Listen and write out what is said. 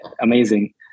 amazing